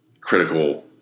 critical